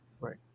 Right